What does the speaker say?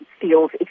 feels